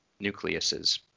nucleuses